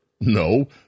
No